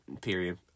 Period